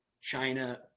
China